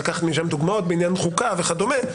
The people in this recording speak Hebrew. לקמת משם דוגמאות בעניין החוקה וכדומה,